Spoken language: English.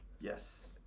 Yes